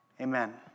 Amen